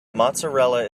mozzarella